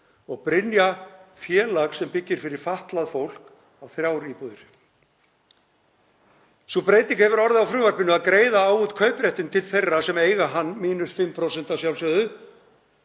og Brynja, félag sem byggir fyrir fatlað fólk, á þrjár íbúðir. Sú breyting hefur orðið á frumvarpinu að greiða á út kaupréttinn til þeirra sem eiga hann — mínus 5% að sjálfsögðu.